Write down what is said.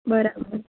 બરાબર